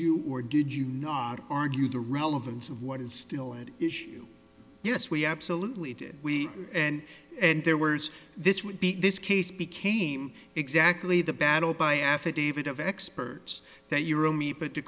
you or did you not argue the relevance of what is still an issue yes we absolutely did and and there were this would be this case became exactly the battle by affidavit of experts that your own me put to